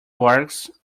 barks